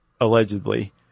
allegedly